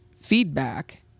feedback